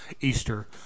easter